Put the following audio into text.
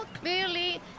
clearly